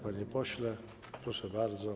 Panie pośle, proszę bardzo.